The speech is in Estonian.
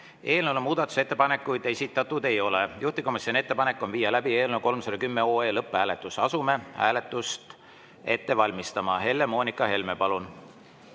Eelnõu kohta muudatusettepanekuid esitatud ei ole. Juhtivkomisjoni ettepanek on viia läbi eelnõu 310 lõpphääletus. Asume hääletust ette valmistama. Helle-Moonika Helme, palun!